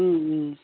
ও ও